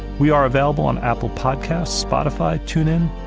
we are available on apple podcasts, spotify, tune in,